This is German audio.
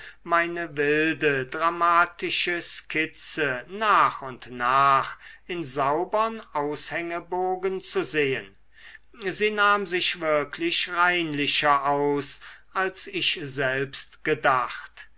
meine wilde dramatische skizze nach und nach in saubern aushängebogen zu sehen sie nahm sich wirklich reinlicher aus als ich selbst gedacht